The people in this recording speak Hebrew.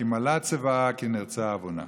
כי מלאה צבאה כי נרצה עונה".